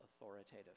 authoritative